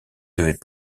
devait